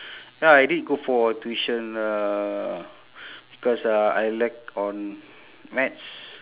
ya I did go for tuition uh cause uh I lack on maths